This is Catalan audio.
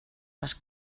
les